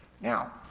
Now